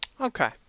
Okay